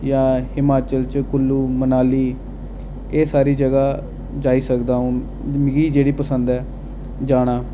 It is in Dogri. जां हिमाचल च कुल्लू मनाली एह् सारी जगह् जाई सकदा अ'ऊं मिगी जेह्ड़ी पसंद ऐ जाना